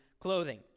clothing